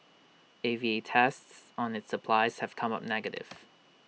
A V A tests on its supplies have come up negative